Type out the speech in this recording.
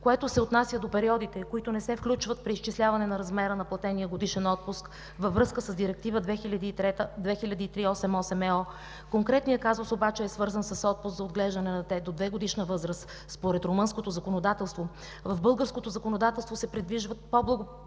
което се отнася до периодите, които не се включват при изчисляване на размера на платения годишен отпуск във връзка с Директива 2003/88/ЕО. Конкретният казус обаче е свързан с отпуск за отглеждане на дете до 2-годишна възраст според румънското законодателство. В българското законодателство се предвиждат по-благоприятни